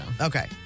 Okay